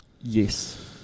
Yes